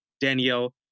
Danielle